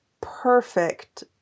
perfect